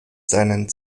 seinen